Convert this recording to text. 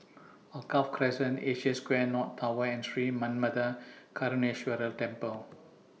Alkaff Crescent Asia Square North Tower and Sri Manmatha Karuneshvarar Temple